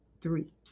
three